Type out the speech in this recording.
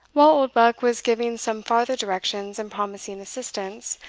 while oldbuck was giving some farther directions, and promising assistance,